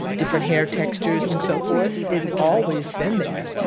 different hair textures, and so forth. it's always been there.